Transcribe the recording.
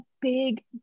big